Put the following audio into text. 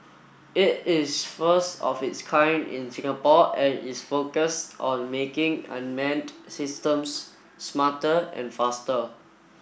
it is the first of its kind in Singapore and is focused on making unmanned systems smarter and faster